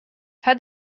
had